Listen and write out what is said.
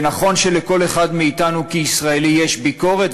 נכון שלכל אחד מאתנו כישראלי יש ביקורת,